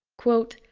quote,